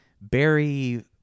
Barry